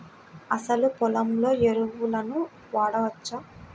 అసలు పొలంలో ఎరువులను వాడవచ్చా?